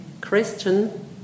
Christian